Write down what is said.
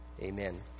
Amen